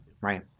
right